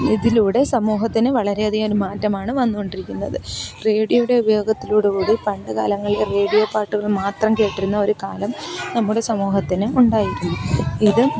ഇതിലൂടെ സമൂഹത്തിന് വളരെയധികം മാറ്റമാണ് വന്നുകൊണ്ടിരിക്കുന്നത് റേഡിയോയുടെ ഉപയോഗത്തിലോടുകൂടി പണ്ടുകാലങ്ങളിൽ റേഡിയോ പാട്ടുകൾ മാത്രം കേട്ടിരുന്നൊരു കാലം നമ്മുടെ സമൂഹത്തിന് ഉണ്ടായിരുന്നു ഇത്